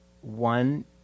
one